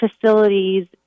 facilities